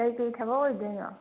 ꯀꯔꯤ ꯀꯔꯤ ꯊꯕꯛ ꯑꯣꯏꯗꯣꯏꯅꯣ